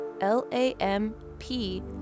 L-A-M-P